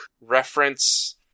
reference